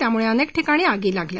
त्यामुळे अनेक ठिकाणी आगी लागल्या